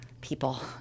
people